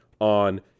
on